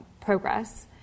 progress